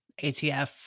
ATF